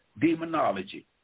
demonology